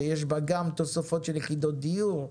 שיש בה גם תוספות של יחידות דיור,